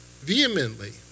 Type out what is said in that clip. vehemently